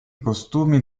costumi